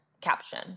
caption